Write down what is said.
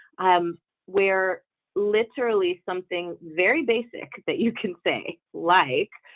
i'm where literally something very basic that you can say like